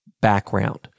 background